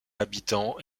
habitants